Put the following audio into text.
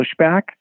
pushback